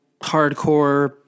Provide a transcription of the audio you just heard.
hardcore